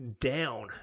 down